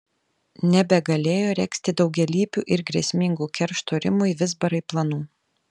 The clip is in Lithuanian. nebegalėjo regzti daugialypių ir grėsmingų keršto rimui vizbarai planų